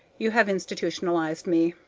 you have institutionalized me.